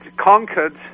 conquered